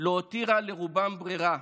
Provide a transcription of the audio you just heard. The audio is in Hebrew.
לא הותירה לרובם ברירה,